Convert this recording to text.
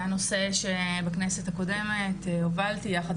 זה היה נושא שבכנסת הקודמת הובלתי יחד